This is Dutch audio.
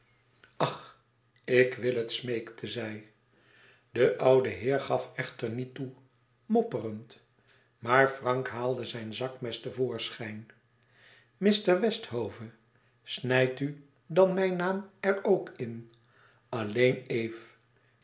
ach ik wil het smeekte zij de oude heer gaf echter niet toe mopperend maar frank haalde zijn zakmes te voorschijn mr westhove snijd u dan mijn naam er ook in alleen eve